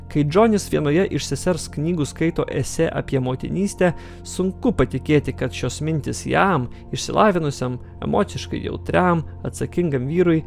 kai džonis vienoje iš sesers knygų skaito esė apie motinystę sunku patikėti kad šios mintys jam išsilavinusiam emociškai jautriam atsakingam vyrui